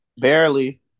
barely